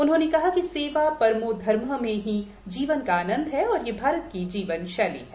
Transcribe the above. उन्होंने कहा कि सेवा परमो धर्म में ही जीवन का आनंद है और ये भारत की जीवन शैली है